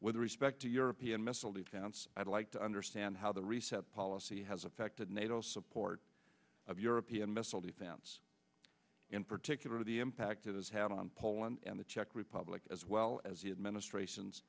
with respect to european missile defense i'd like to understand how the reset policy has affected nato support of european missile defense in particular the impact it has had on poland and the czech republic as well as the administration's